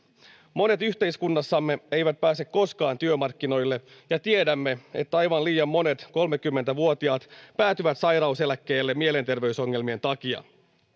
monet yhteiskunnassamme eivät pääse koskaan työmarkkinoille ja tiedämme että aivan liian monet kolmekymmentä vuotiaat päätyvät sairauseläkkeelle mielenterveysongelmien takia